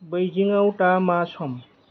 बेइजिंआव दा मा सम